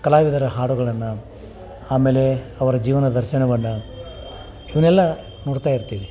ಕಲಾವಿದರ ಹಾಡುಗಳನ್ನು ಆಮೇಲೆ ಅವರ ಜೀವನ ದರ್ಶನವನ್ನು ಇವನ್ನೆಲ್ಲ ನೋಡ್ತಾ ಇರ್ತೀವಿ